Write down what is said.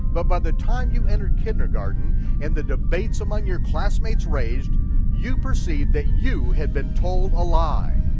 but by the time you entered kindergarten and the debates among your classmates raised you perceive that you had been told a lie.